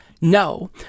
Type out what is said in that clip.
No